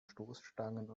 stoßstangen